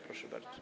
Proszę bardzo.